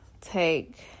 take